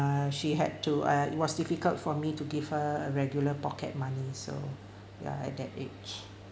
uh she had to uh it was difficult for me to give her a regular pocket money so ya at that age